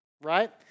right